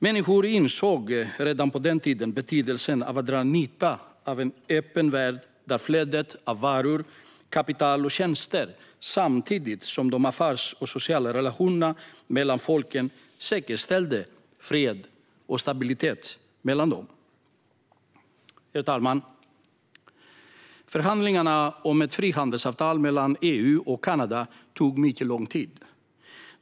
Människor insåg redan på den tiden betydelsen av att dra nytta av en öppen värld, där flödet av varor, kapital och tjänster samt de affärsmässiga och sociala relationerna mellan folken säkerställde fred och stabilitet mellan dem. Herr talman! Förhandlingarna om ett frihandelsavtal mellan EU och Kanada tog mycket lång tid.